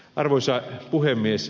arvoisa puhemies